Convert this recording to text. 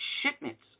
shipments